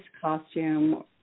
costume